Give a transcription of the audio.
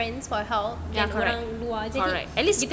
ask friends for help yang orang dua jer cik